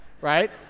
right